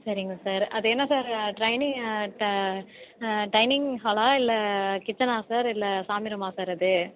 சரிங்க சார் அது என்ன சார் ட்ரெயினிங் ட டைனிங் ஹால்லாம் சார் கிட்சனா சார் இல்லை சாமி ரூமா சார் அது